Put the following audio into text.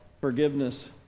forgiveness